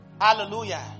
Hallelujah